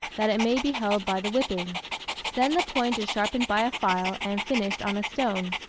that it may be held by the whipping then the point is sharpened by a file, and finished on a stone.